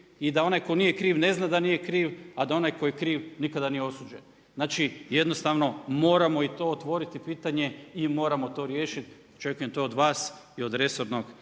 I da onaj tko nije kriv ne zna da nije kriv, a da onaj tko je kriv nikada nije osuđen. Znači, jednostavno moramo i to otvoriti pitanje i moramo to riješiti, očekujem to od vas i od resornog